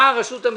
באה רשות המסים,